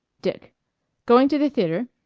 dick going to the theatre?